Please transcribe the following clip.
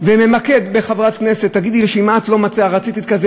וממקד בחברת כנסת: תגידי לו שאת רצית להתקזז